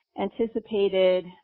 anticipated